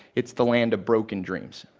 it's the land of broken dreams.